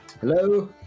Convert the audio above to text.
hello